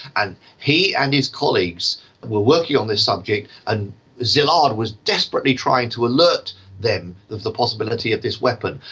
and he and his colleagues were working on this subject and szilard was desperately trying to alert them of the possibility of this weapon.